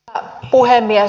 arvoisa puhemies